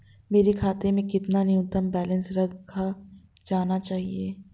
मेरे खाते में कितना न्यूनतम बैलेंस रखा जाना चाहिए?